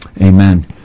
Amen